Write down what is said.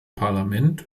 parlament